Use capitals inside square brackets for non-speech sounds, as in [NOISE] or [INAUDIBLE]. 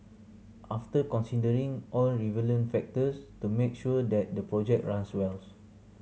after considering all [UNINTELLIGIBLE] factors to make sure that the project runs well